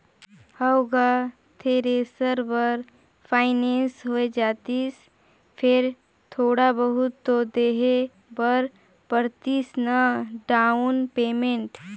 हव गा थेरेसर बर फाइनेंस होए जातिस फेर थोड़ा बहुत तो देहे बर परतिस ना डाउन पेमेंट